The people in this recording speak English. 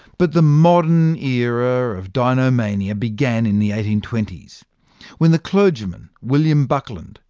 but the modern era of dinomania began in the eighteen twenty s when the clergyman, william buckland,